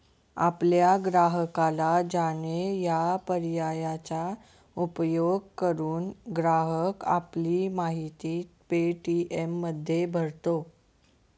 आपल्या ग्राहकाला जाणे या पर्यायाचा उपयोग करून, ग्राहक आपली माहिती पे.टी.एममध्ये भरतो